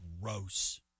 gross